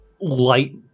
light